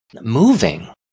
moving